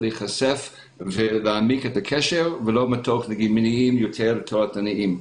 להיחשף ולהעמיק את הקשר ולא מתוך מניעים יותר תועלתניים.